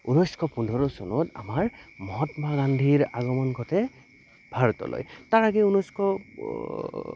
ঊনৈছশ পোন্ধৰ চনত আমাৰ মহাত্মা গান্ধীৰ আগমন ঘটে ভাৰতলৈ তাৰ আগে ঊনৈছশ